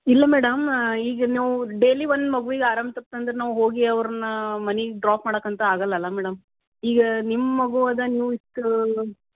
ಇಲ್ಲ ಮೇಡಮ್ ಈಗ ನಾವು ಡೈಲಿ ಮಗುವಿಗೆ ಆರಾಮ ತಪ್ತು ಅಂದ್ರೆ ನಾವು ಹೋಗಿ ಅವ್ರನ್ನ ಮನೆಗ್ ಡ್ರಾಪ್ ಮಾಡಕಂತೂ ಆಗಲ್ಲಲಾ ಮೇಡಮ್ ಈಗ ನಿಮ್ಮ ಮಗು ಅದ ನೀವು ಇಷ್ಟು